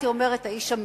הייתי אומרת: האיש אמיץ.